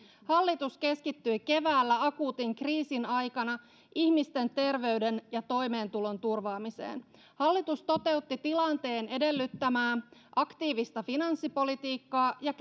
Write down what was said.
hallitus keskittyi keväällä akuutin kriisin aikana ihmisten terveyden ja toimeentulon turvaamiseen hallitus toteutti tilanteen edellyttämää aktiivista finanssipolitiikkaa ja